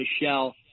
Michelle